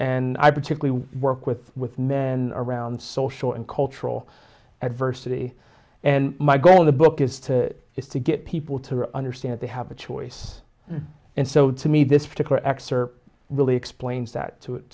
and i particularly work with with men around social and cultural adversity and my goal of the book is to is to get people to understand they have a choice and so to me this particular excerpt really explains that